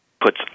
puts